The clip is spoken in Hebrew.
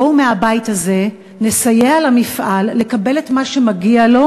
בואו מהבית הזה ונסייע למפעל לקבל את מה שמגיע לו